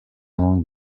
along